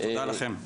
תודה לכם.